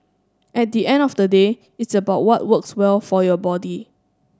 at the end of the day it's about what works well for your body